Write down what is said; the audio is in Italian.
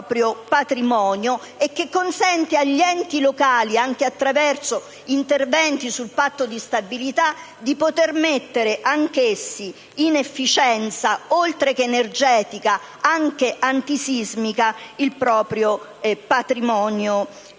patrimonio e che consente agli enti locali, anche attraverso interventi sul Patto di stabilità, di poter mettere anch'essi in efficienza, oltre che energetica, anche antisismica, il proprio patrimonio